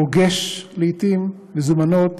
הרוגש לעתים מזומנות,